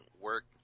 work